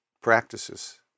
practices